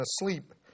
asleep